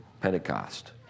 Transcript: Pentecost